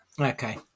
Okay